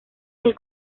del